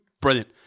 brilliant